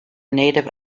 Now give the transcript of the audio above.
native